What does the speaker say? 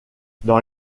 dans